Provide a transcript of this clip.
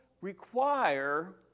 require